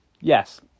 yes